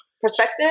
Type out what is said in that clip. Perspective